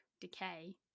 decay